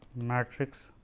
matrix